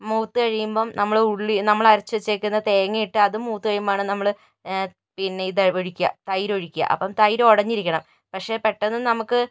മൂത്ത് കഴിയുമ്പോൾ നമ്മള് ഉള്ളി നമ്മള് അരച്ചു വെച്ചേക്കുന്ന തേങ്ങയിട്ട് അതും മൂത്ത് കഴിയുമ്പോൾ ആണ് നമ്മള് പിന്നെ ഇത് ഒഴിക്കുക തൈര് ഒഴിക്കുക അപ്പോൾ തൈര് ഉടഞ്ഞിരിക്കണം പക്ഷെ പെട്ടെന്നു നമുക്ക്